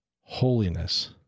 holiness